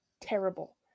terrible